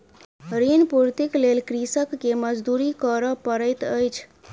ऋण पूर्तीक लेल कृषक के मजदूरी करअ पड़ैत अछि